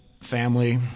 family